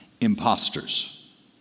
imposters